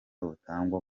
butangwa